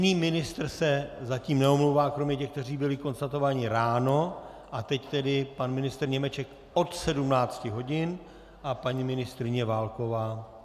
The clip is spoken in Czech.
Jiný ministr se zatím neomlouvá kromě těch, kteří byli konstatováni ráno, a teď tedy pan ministr Němeček od 17 hodin a paní ministryně Válková.